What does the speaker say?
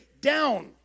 down